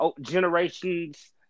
generations